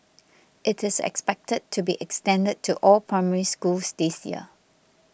it is expected to be extended to all Primary Schools this year